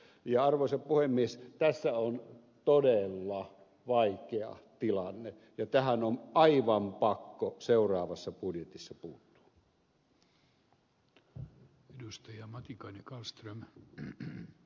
ja arvoisa puhemies tässä on todella vaikea tilanne ja tähän on aivan pakko seuraavassa budjetissa puuttua